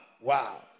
Wow